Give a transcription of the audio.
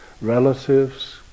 relatives